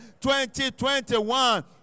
2021